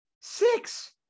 six